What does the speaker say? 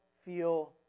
feel